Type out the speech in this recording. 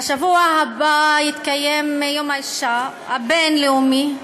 בשבוע הבא יתקיים יום האישה הבין-לאומי.